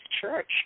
Church